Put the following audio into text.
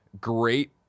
great